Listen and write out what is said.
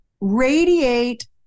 radiate